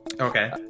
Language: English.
Okay